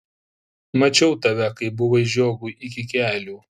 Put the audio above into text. mačiau tave kai buvai žiogui iki kelių